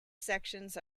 sections